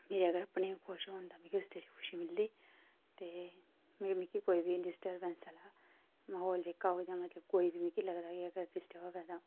मेरे अगर अपने खुश होन मिगी उस च खुशी मिलदी ते मिगी कोई बी डिस्टरबेंस आह्ला म्हौल जेह्का ओह् जां कोई बी मिगी लगदा की अगर डिस्टर्ब होऐ तां